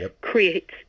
creates